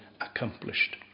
accomplished